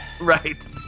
Right